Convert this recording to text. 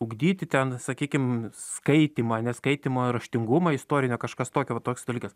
ugdyti ten sakykim skaitymą ane skaitymo raštingumą istorinio kažkas tokio va toks dalykas